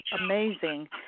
amazing